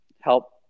help